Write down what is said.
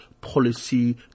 policy